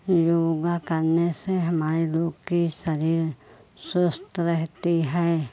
योग करने से हमारे लोग की शरीर स्वस्थ रहता है